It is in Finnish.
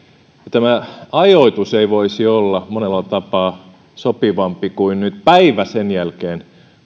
tämä ajoitus ei voisi olla monella tapaa sopivampi kuin nyt päivä sen jälkeen